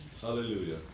Hallelujah